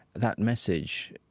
that message,